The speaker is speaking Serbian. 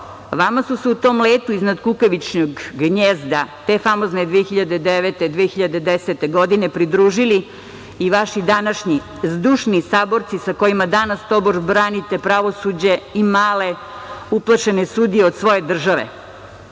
vama su se u tom letu iznad kukavičjeg gnezda, te famozne 2009. i 2010. godine pridružili i vaši današnji zdušni saborci sa kojima danas, tobož, branite pravosuđe i male uplašene sudije od svoje države. Svakom